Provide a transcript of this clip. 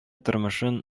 тормышын